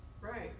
right